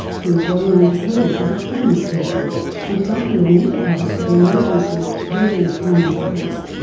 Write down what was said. he is well known to police as a homeless person and is often admitted to hospital emergency due to his poor mental health.